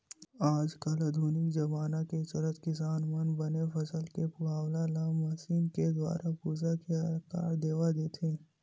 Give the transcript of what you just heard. आज कल आधुनिक जबाना के चलत किसान मन बने फसल के पुवाल ल मसीन के दुवारा भूसा के आकार देवा देथे